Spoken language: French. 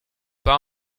pas